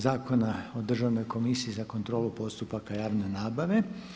Zakona o Državnoj komisiji za kontrolu postupaka javne nabave.